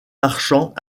marchands